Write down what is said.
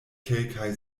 kelkaj